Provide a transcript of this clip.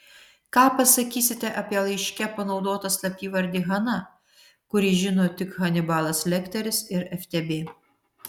ką pasakysite apie laiške panaudotą slapyvardį hana kurį žino tik hanibalas lekteris ir ftb